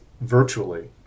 virtually